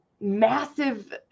massive